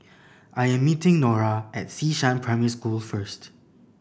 I am meeting Norah at Xishan Primary School first